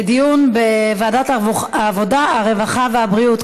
לדיון בוועדת העבודה, הרווחה והבריאות.